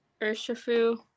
Urshifu